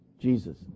Jesus